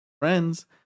friends